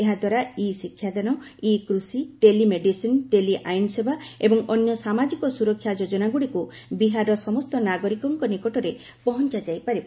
ଏହାଦ୍ୱାରା ଇ ଶିକ୍ଷାଦାନ ଇ କୃଷି ଟେଲିମେଡିସିନ୍ ଟେଲି ଆଇନସେବା ଏବଂ ଅନ୍ୟ ସାମାଜିକ ସୁରକ୍ଷା ଯୋଜନାଗୁଡ଼ିକୁ ବିହାରର ସମସ୍ତ ନାଗରିକଙ୍କ ନିକଟରେ ପହଞ୍ଚାଯାଇ ପାରିବ